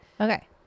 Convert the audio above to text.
Okay